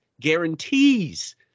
guarantees